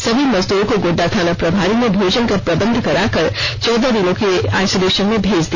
सभी मजदूरों को गोड्डा थाना प्रभारी ने भोजन का प्रबंध कराकर चौदह दिनों की आइसोलेषन में भेज दिया